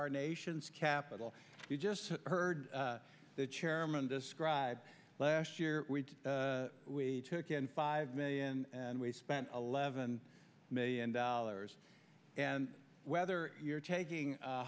our nation's capital you just heard the chairman describe last year we took in five million and we spent eleven million dollars and whether you're taking